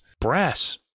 Brass